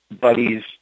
buddies